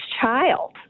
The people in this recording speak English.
child